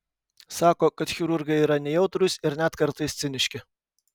sako kad chirurgai yra nejautrūs ir net kartais ciniški